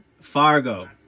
fargo